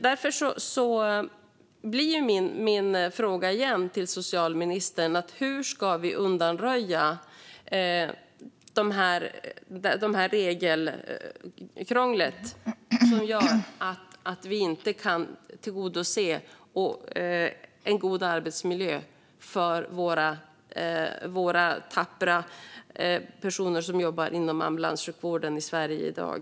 Därför blir min fråga igen till socialministern: Hur ska vi undanröja det regelkrångel som gör att vi inte kan tillgodose en god arbetsmiljö för våra tappra personer som jobbar inom ambulanssjukvården i Sverige i dag?